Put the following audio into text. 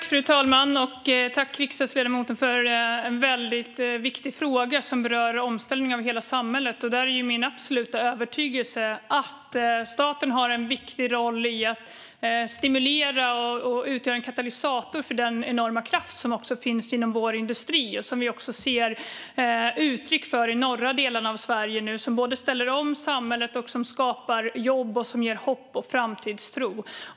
Fru talman! Tack, riksdagsledamoten, för en väldigt viktig fråga som berör omställningen av hela samhället! Min absoluta övertygelse är att staten har en viktig roll för att stimulera och vara en katalysator för den enorma kraft som finns inom vår industri. Vi ser hur den nu kommer till uttryck i de norra delarna av Sverige. Där ställer man om samhället och skapar jobb, vilket ger hopp och framtidstro.